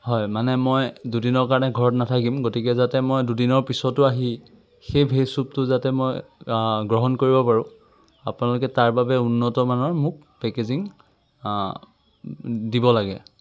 হয় মানে মই দুদিনৰ কাৰণে ঘৰত নাথাকিম গতিকে যাতে মই দুদিনৰ পিছতো আহি সেই ভেজ চুপটো যাতে মই গ্ৰহণ কৰিব পাৰোঁ আপোনালোকে তাৰবাবে উন্নত মানৰ মোক পেকেজিং আ দিব লাগে